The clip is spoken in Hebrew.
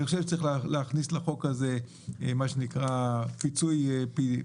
אני גם חושב שצריך להכניס לחוק הזה פיצוי פדיון,